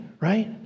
right